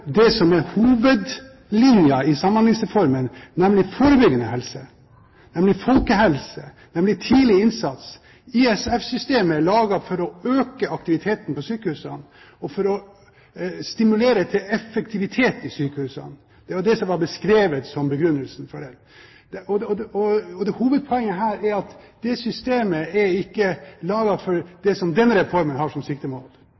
det som er hovedlinjen i Samhandlingsreformen, nemlig forebyggende helse, nemlig folkehelse, nemlig tidlig innsats. ISF-systemet er laget for å øke aktiviteten på sykehusene og for å stimulere til effektivitet i sykehusene. Det er det som var beskrevet som begrunnelsen for det. Hovedpoenget her er at det systemet er ikke laget for